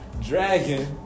Dragon